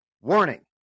warning